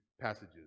passages